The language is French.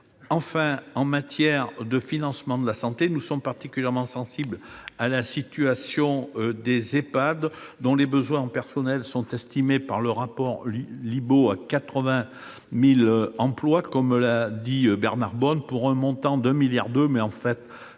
Enfin, en matière de financement de la santé, nous sommes particulièrement sensibles à la situation des Ehpad, dont les besoins en personnels sont estimés par le rapport Libault à 80 000, comme l'a rappelé Bernard Bonne, pour un montant minimal de 1,2 milliard d'euros, mais